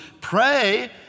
pray